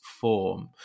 form